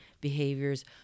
behaviors